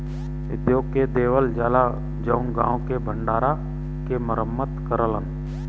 उद्योग के देवल जाला जउन गांव के भण्डारा के मरम्मत करलन